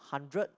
hundred